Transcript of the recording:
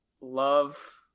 love